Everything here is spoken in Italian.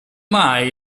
mai